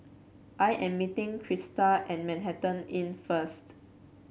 I am meeting Crysta at Manhattan Inn first